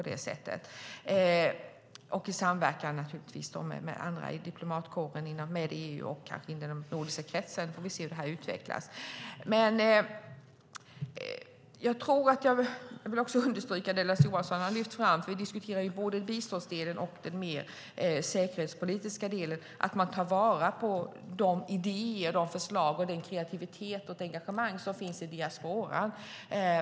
Det skulle naturligtvis ske i samverkan med andra i diplomatkåren, med EU och kanske med den nordiska kretsen. Vi får se hur detta utvecklas. Jag vill också understryka det som Lars Johansson har lyft fram. Vi diskuterar ju både biståndsdelen och den säkerhetspolitiska delen. Man måste ta vara på de idéer, de förslag, den kreativitet och det engagemang som finns i diasporan.